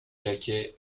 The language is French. jacquet